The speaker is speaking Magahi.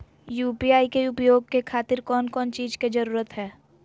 यू.पी.आई के उपयोग के खातिर कौन कौन चीज के जरूरत है?